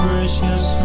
Precious